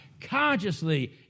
Consciously